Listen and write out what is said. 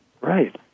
Right